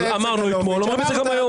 אמר אתמול, אומרים את זה גם היום.